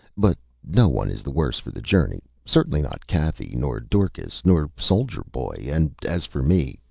but no one is the worse for the journey certainly not cathy, nor dorcas, nor soldier boy and as for me,